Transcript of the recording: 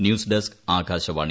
news desk Akashvani